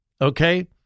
Okay